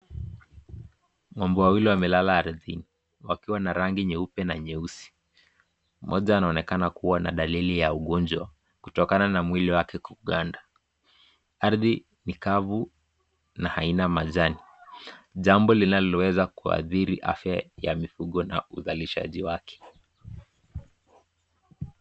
Ng'ombe wawili wamelala ardhini wakiwa na rangi nyeupe na nyeusi. Mmoja anaonekana kuwa na dalili ya ugonjwa kutokana na mwili wake kukanda. Ardhi ni kafu na haina majani jambo linaloweza kuathiri afya ya mifugo na uzalishaji wake.